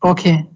Okay